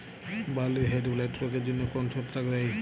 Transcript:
বার্লির হেডব্লাইট রোগের জন্য কোন ছত্রাক দায়ী?